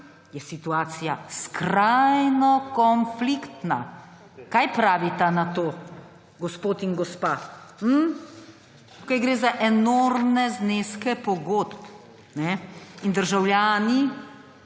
je situacija skrajno konfliktna. Kaj pravita na to, gospod in gospa? Hmm? Tukaj gre za enormne zneske pogodb in državljani,